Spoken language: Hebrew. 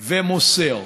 ו"מוסר".